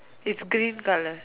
it's green colour